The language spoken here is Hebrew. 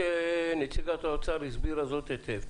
נציגת האוצר הסבירה זאת היטב.